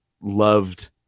loved